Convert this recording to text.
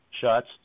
shots